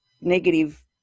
negative